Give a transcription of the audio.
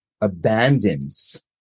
abandons